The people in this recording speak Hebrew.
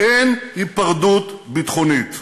אין היפרדות ביטחונית.